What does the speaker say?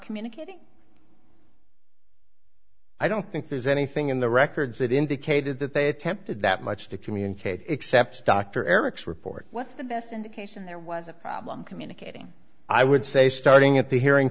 communicating i don't think there's anything in the records that indicated that they attempted that much to communicate except dr eric's report what's the best indication there was a problem communicating i would say starting at the hearing